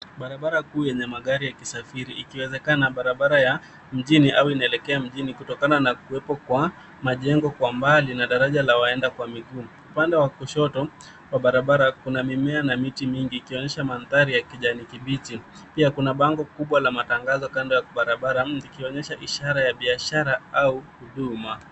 Barabara kuu yenye magari yakisafiri ikiwezakana barabara ya mjini, au inaelekea mjini kutokana na kuwepo kwa majengo kwa mbali na daraja la waenda kwa miguu. Upande wa kushoto wa barabara kuna mimea na miti mingi ikionyesha mandhari ya kijani kibichi. Pia kuna bango kubwa la matangazo kando ya barabara likionyesha ishara ya biashara au huduma.